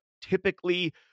typically